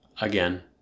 again